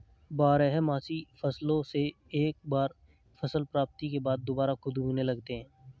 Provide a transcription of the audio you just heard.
बारहमासी फसलों से एक बार फसल प्राप्ति के बाद दुबारा खुद उगने लगते हैं